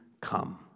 come